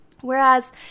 Whereas